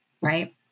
right